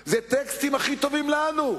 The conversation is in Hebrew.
אלה הטקסטים הכי טובים לנו.